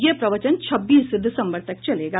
यह प्रवचन छब्बीस दिसम्बर तक चलेगा